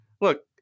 look